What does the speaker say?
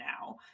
now